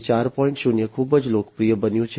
0 ખૂબ જ લોકપ્રિય બન્યું છે